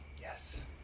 Yes